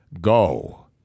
go